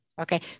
Okay